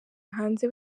hanze